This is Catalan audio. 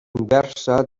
inversa